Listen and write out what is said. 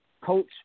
Coach